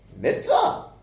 mitzvah